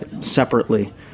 separately